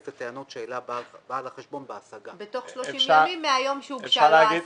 לטענות שהעלה בעל החשבון בהשגה." בתוך 30 ימים מהיום שהוגשה ההשגה.